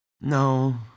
No